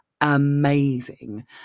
amazing